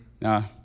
No